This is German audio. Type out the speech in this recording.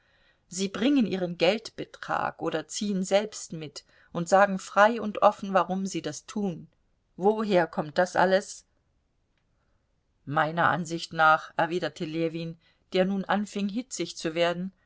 sie bringen ihren geldbetrag oder ziehen selbst mit und sagen frei und offen warum sie das tun woher kommt das alles meiner ansicht nach erwiderte ljewin der nun anfing hitzig zu werden